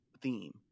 theme